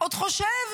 בלי שהצבא תומך,